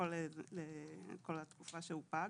לכל התקופה שהוא פג.